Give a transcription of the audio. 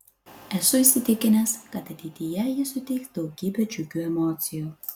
esu įsitikinęs kad ateityje ji suteiks daugybę džiugių emocijų